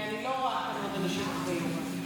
כי אני לא רואה כאן עוד אנשים אחרי יוראי.